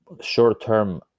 short-term